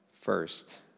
first